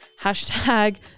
hashtag